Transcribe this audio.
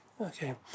Okay